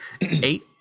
Eight